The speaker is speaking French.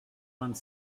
vingt